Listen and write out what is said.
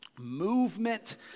movement